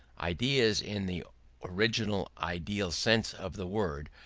ideas, in the original ideal sense of the word,